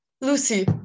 lucy